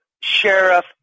sheriff